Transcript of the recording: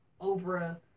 Oprah